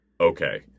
Okay